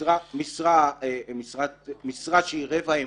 -- משרה שהיא רבע אמון,